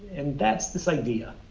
and that's this idea